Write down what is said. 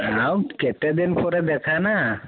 ଆଉ କେତେ ଦିନ ପରେ ଦେଖା ନା